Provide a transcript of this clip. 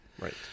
Right